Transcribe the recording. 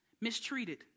mistreated